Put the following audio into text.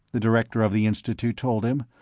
the director of the institute told him,